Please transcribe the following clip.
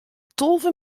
tolve